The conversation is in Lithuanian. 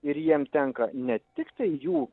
ir jiem tenka ne tiktai jų